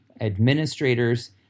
administrators